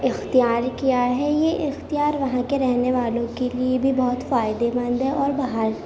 اختیار کیا ہے یہ اختیار وہاں کے رہنے والوں کے لیے بھی بہت فائدے مند ہے اور باہر